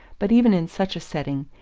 but even in such a setting,